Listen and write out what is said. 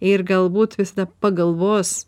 ir galbūt visada pagalvos